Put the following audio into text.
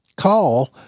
call